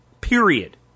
Period